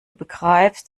begreifst